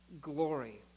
glory